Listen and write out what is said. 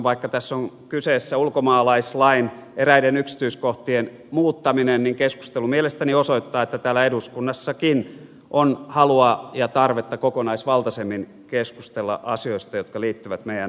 vaikka tässä on kyseessä ulkomaalaislain eräiden yksityiskohtien muuttaminen niin keskustelu mielestäni osoittaa että täällä eduskunnassakin on halua ja tarvetta kokonaisvaltaisemmin keskustella asioista jotka liittyvät meidän maahanmuuttopolitiikkaamme